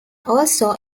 also